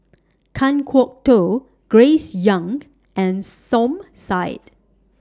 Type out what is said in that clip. Kan Kwok Toh Grace Young and Som Said